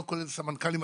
לא כולל סמנכ"לים,